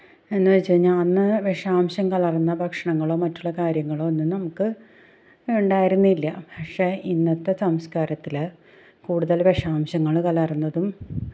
എന്നു വെച്ചു കഴിഞ്ഞാൽ അന്ന് വിഷാംശം കലര്ന്ന ഭക്ഷണങ്ങളോ മറ്റുള്ള കാര്യങ്ങളോ ഒന്നും നമുക്ക് ഇണ്ടായിരുന്നില്ല പക്ഷെ ഇന്നത്തെ സംസ്കാരത്തിൽ കൂടുതൽ വിഷാംശങ്ങൾ കലര്ന്നതും